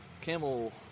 Camel